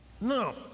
No